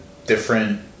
different